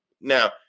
Now